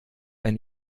ein